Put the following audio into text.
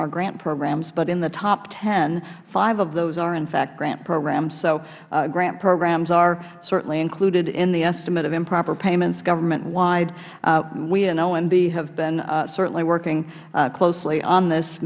are grant programs but in the top ten five of them are in fact grant programs so grant programs are certainly included in the estimate of improper payments government wide we and omb have been certainly working closely on this